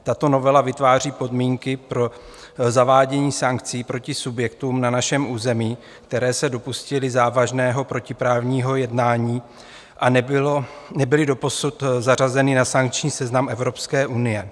Tato novela vytváří podmínky pro zavádění sankcí proti subjektům na našem území, které se dopustily závažného protiprávního jednání a nebyly doposud zařazeny na sankční seznam Evropské unie.